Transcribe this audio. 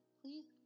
please